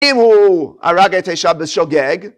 אם הוא הרג את האישה בשוגג